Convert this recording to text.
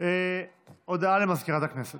אין מתנגדים, אין נמנעים.